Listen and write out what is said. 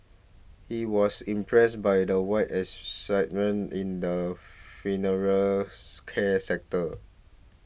he was impressed by the wide excitement in the funeral care sector